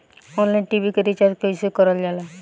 Online TV के recharge कईसे करल जाला?